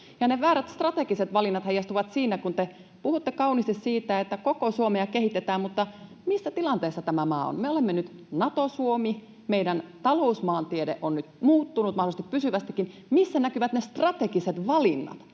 väärät strategiset valinnat heijastuvat siinä, kun te puhutte kauniisti siitä, että koko Suomea kehitetään — mutta missä tilanteessa tämä maa on. Me olemme nyt Nato-Suomi. Meidän talousmaantieteemme on nyt muuttunut mahdollisesti pysyvästikin. Missä näkyvät ne strategiset valinnat?